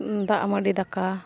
ᱫᱟᱜ ᱢᱟᱹᱰᱤ ᱫᱟᱠᱟ